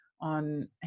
on